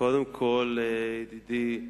קודם כול, ידידי,